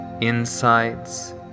insights